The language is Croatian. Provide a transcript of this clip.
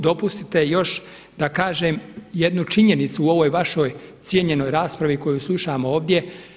Dopustite još da kažem jednu činjenicu u ovoj vašoj cijenjenoj raspravi koju slušam ovdje.